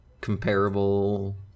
comparable